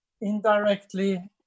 indirectly